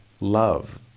love